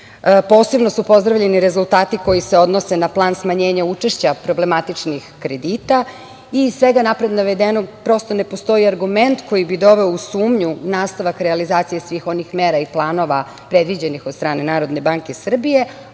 Posebno su pozdravljeni rezultati koji se odnose na plan smanjenja učešća problematičnih kredita. Iz svega napred navedenog prosto ne postoji argument koji bi doveo u sumnju nastavak realizacije svih onih mera i planova predviđenih od strane NBS a za očuvanje